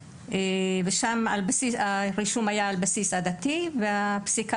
שם הרישום היה על בסיס עדתי והפסיקה